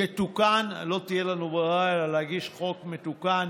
יתוקן, לא תהיה לנו ברירה אלא להגיש חוק מתוקן,